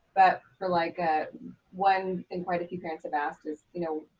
but for like a one, and quite a few parents have asked this, you know,